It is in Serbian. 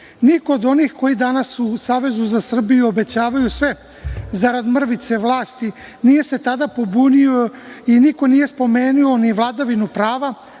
Niko od onih koji danas u Savezu sa Srbiju obećavaju sve zarad mrvice vlasti nije se tada pobunio i niko nije spomenuo ni vladavinu prava,